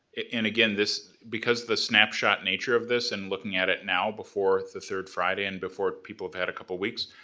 and again, this, because the snapshot nature of this and looking at it now before the third friday and before people have had a couple weeks,